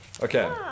Okay